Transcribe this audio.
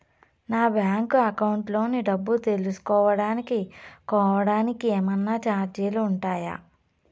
నా bank account లోని డబ్బు తెలుసుకోవడానికి కోవడానికి ఏమన్నా చార్జీలు ఉంటాయా?